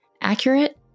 accurate